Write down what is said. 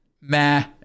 meh